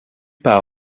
part